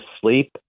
sleep